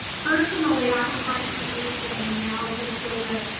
personally, i would like to read them now just so that